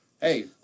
Hey